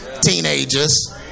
teenagers